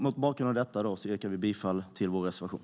Mot bakgrund av detta yrkar jag bifall till vår reservation.